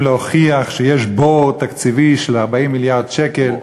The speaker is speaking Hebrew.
להוכיח שיש בור תקציבי של 40 מיליארד שקל,